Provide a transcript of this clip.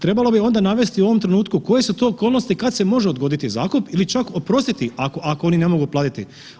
Trebalo bi onda navesti u ovom trenutku koje su to okolnosti kad se može odgoditi zakup ili čak oprostiti ako, ako oni ne mogu platiti.